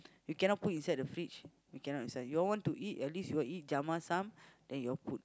we cannot put inside the fridge we cannot decide y'all want to eat at least y'all eat jamah some then you all put